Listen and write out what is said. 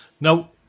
Now